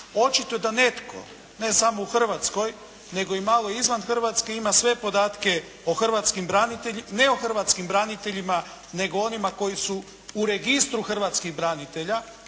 Očito da netko ne samo u Hrvatskoj nego i malo izvan Hrvatske ima sve podatke o hrvatskim braniteljima, ne o hrvatskim braniteljima